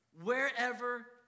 wherever